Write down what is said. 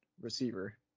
receiver